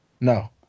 No